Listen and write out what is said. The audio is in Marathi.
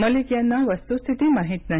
मलिक यांना वस्तुस्थिती माहीत नाही